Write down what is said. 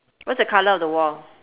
what's the colour of the wall